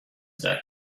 today